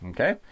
Okay